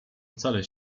wcale